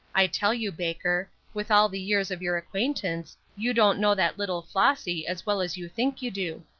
i tell you, baker, with all the years of your acquaintance, you don't know that little flossy as well as you think you do.